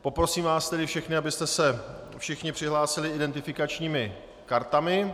Poprosím vás tedy všechny, abyste se všichni přihlásili identifikačními kartami.